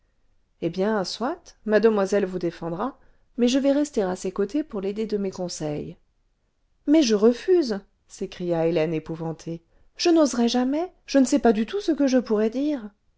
maladie eh bien soit mademoiselle vous défendra mais je vais rester à ses côtés pour l'aider de mes conseils mais je refuse s'écria hélène épouvantée je n'oserai jamais je ne sais pas du tout ce que je pourrais dire